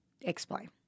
explain